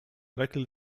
likely